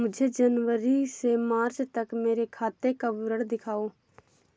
मुझे जनवरी से मार्च तक मेरे खाते का विवरण दिखाओ?